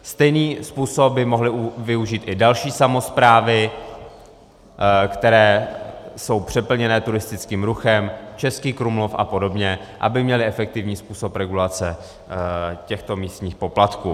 Stejný způsob by mohly využít i další samosprávy, které jsou přeplněné turistickým ruchem, Český Krumlov a podobně, aby měly efektivní způsob regulace těchto místních poplatků.